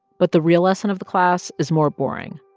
but the real lesson of the class is more boring.